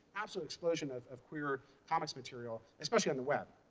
absolute explosion, of of queerer comics material, especially on the web.